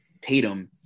Tatum